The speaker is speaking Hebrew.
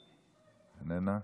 איננה.